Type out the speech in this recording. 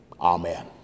Amen